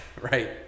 Right